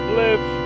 live